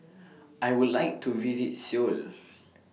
I Would like to visit Seoul